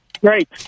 Great